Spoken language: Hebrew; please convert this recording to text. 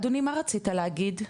אדוני, מה רצית להגיד?